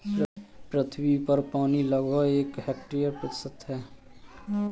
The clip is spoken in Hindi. पृथ्वी पर पानी लगभग इकहत्तर प्रतिशत है